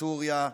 בסוריה,